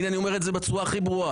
הנה, אני אומר את זה בצורה הכי ברורה.